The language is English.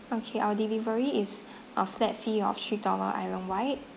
okay our delivery is a flat fee of three dollar island wide